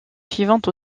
suivante